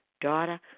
daughter